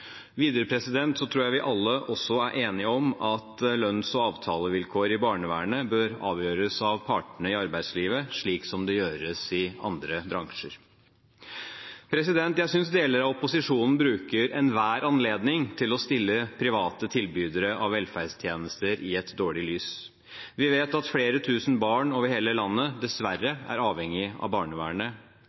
Videre tror jeg vi alle også er enige om at lønns- og avtalevilkår i barnevernet bør avgjøres av partene i arbeidslivet, slik det gjøres i andre bransjer. Jeg synes deler av opposisjonen bruker enhver anledning til å stille private tilbydere av velferdstjenester i et dårlig lys. Vi vet at flere tusen barn over hele landet dessverre er avhengige av barnevernet.